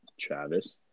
Travis